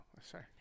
sorry